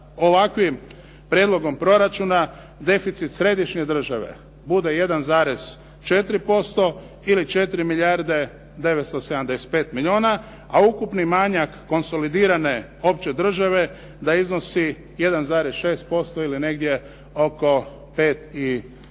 ovakvim prijedlogom proračuna, deficit središnje države bude 1,4% ili 4 milijarde 975 milijuna a ukupni manjak konsolidirane opće države da iznosi 1,6% ili negdje oko 5,5 milijardi